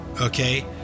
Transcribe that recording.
okay